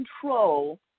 control